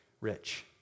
rich